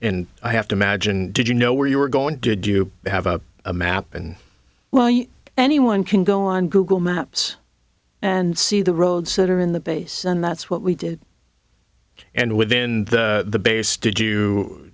i have to imagine did you know where you were going did you have a map and well you anyone can go on google maps and see the roads that are in the base and that's what we did and within the base did you